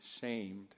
shamed